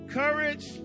courage